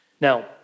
Now